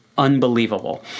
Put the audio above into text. Unbelievable